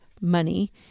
money